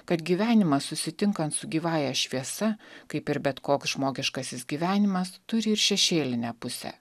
kad gyvenimas susitinkant su gyvąja šviesa kaip ir bet koks žmogiškasis gyvenimas turi ir šešėlinę pusę